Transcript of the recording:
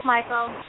Michael